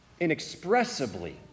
inexpressibly